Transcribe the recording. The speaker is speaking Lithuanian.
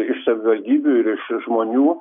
iš savivaldybių ir iš žmonių